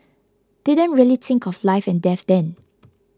didn't really think of life and death then